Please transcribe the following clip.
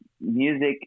music